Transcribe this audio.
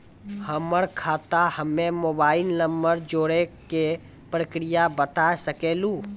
हमर खाता हम्मे मोबाइल नंबर जोड़े के प्रक्रिया बता सकें लू?